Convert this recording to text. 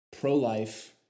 pro-life